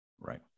Right